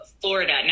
Florida